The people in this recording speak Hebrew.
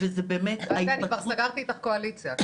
וזה באמת --- אני כבר סגרתי את הקואליציה.